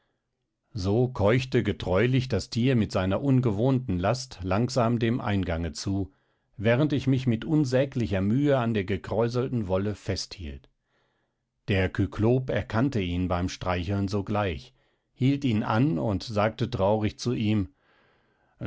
so keuchte getreulich das tier mit seiner ungewohnten last langsam dem eingange zu während ich mich mit unsäglicher mühe an der gekräuselten wolle festhielt der kyklop erkannte ihn beim streicheln sogleich hielt ihn an und sagte traurig zu ihm